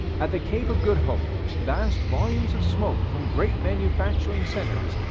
at the cape of good hope, vast volumes of smoke from great manufacturing centers,